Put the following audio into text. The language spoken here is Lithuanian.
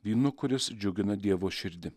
vynu kuris džiugina dievo širdį